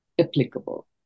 applicable